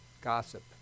Gossip